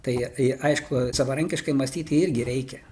tai ir aišku savarankiškai mąstyti irgi reikia